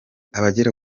abagera